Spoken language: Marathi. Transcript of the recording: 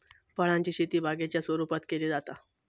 फळांची शेती बागेच्या स्वरुपात केली जाता